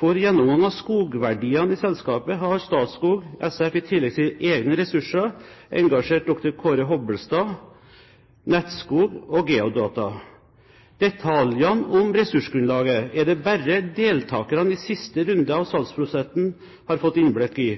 For gjennomgang av skogverdiene i selskapet har Statskog SF, i tillegg til egne ressurser, engasjert dr. Kåre Hobbelstad, Nettskog og Geodata. Detaljene om ressursgrunnlaget er det bare deltakerne i siste runde av salgsprosessen som har fått innblikk i,